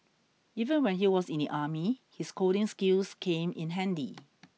even when he was in the army his coding skills came in handy